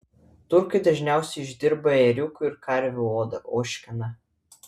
turkai dažniausiai išdirba ėriukų ir karvių odą ožkeną